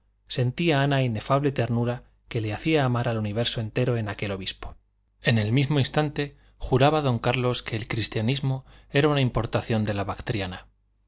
sentía ana inefable ternura que le hacía amar al universo entero en aquel obispo en el mismo instante juraba don carlos que el cristianismo era una importación de la bactriana